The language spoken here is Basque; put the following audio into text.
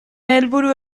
helburu